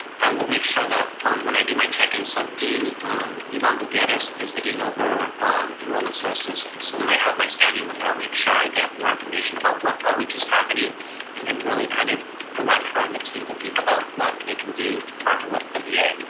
i will make sure that ah um when i do my check ins, so dean yvonne gutierrez is the dean over enrollment services, and so when i have my standing with her, i'll make sure i get more information about what outreach is happening and then really kind of direct her and the team to think about what they can do to partner with the va.